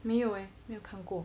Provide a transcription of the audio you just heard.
没有 leh 没有看过